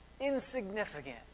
insignificant